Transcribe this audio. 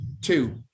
Two